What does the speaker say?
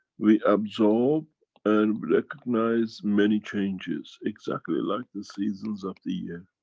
we absorb and recognize many changes, exactly like the seasons of the